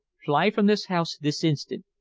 fly from this house this instant.